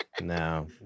No